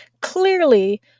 Clearly